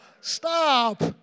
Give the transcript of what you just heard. stop